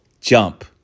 jump